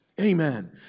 Amen